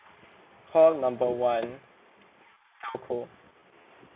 call number one telco